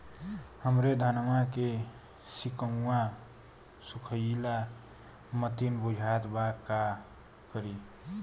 हमरे धनवा के सीक्कउआ सुखइला मतीन बुझात बा का करीं?